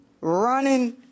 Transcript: running